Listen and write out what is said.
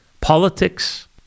politics